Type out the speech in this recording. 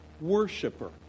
worshiper